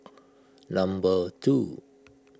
number two